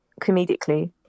comedically